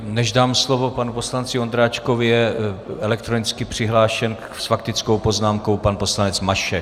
Než dám slovo panu poslanci Ondráčkovi, je elektronicky přihlášen s faktickou poznámkou pan poslanec Mašek.